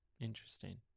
Interesting